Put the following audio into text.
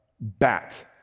bat